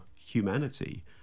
humanity